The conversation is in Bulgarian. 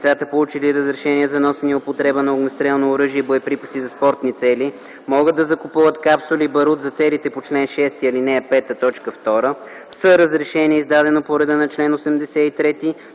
Лицата, получили разрешение за носене и употреба на огнестрелно оръжие и боеприпаси за спортни цели, могат да закупуват капсули и барут за целите по чл. 6, ал. 5, т. 2 с разрешение, издадено по реда на чл. 83